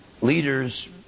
leaders